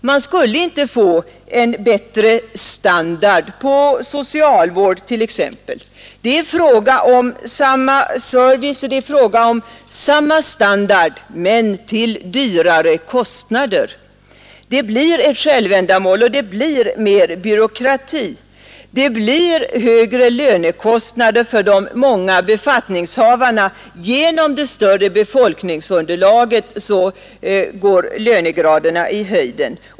Man skulle inte få bättre standard på socialvården t.ex. Det är fråga om samma service och samma standard men till högre kostnader. Det blir ett självändamål och det blir mer byråkrati. Det blir högre lönekostnader för de många befattningshavarna. Genom det större befolkningsunderlaget går lönegraderna i höjden.